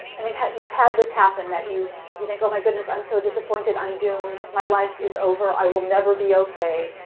i mean, you've had this happen, that you you think, oh my goodness, i'm so disappointed, i'm doomed. my life is over. i will never be ok.